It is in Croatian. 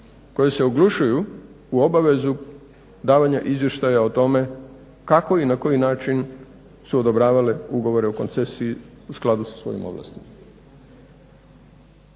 koje se oglušuju u obvezu davanja izvještaja o tome kako i na koji način su odobravale ugovore o koncesiji u skladu sa svojim obvezama.